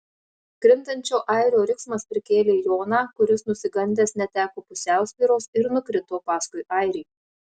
krintančio airio riksmas prikėlė joną kuris nusigandęs neteko pusiausvyros ir nukrito paskui airį